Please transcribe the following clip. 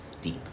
deep